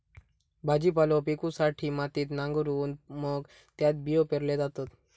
भाजीपालो पिकवूसाठी मातीत नांगरून मग त्यात बियो पेरल्यो जातत